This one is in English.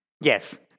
Yes